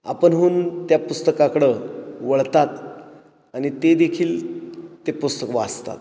आपण होऊन त्या पुस्तकाकडं वळतात आणि ते देखील ते पुस्तक वाचतात